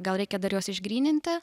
gal reikia dar juos išgryninti